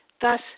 Thus